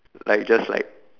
like just like